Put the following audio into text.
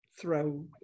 throw